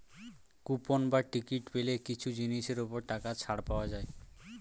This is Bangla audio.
কুপন বা টিকিট পেলে কিছু জিনিসের ওপর টাকা ছাড় পাওয়া যায়